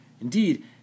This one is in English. Indeed